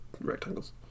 rectangles